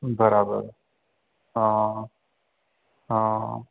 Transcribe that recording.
बराबरि हा हा